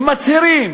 הם מצהירים: